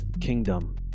kingdom